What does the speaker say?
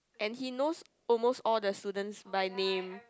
and he knows almost all the students by name